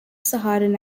saharan